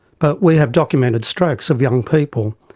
but we have documented strokes of young people,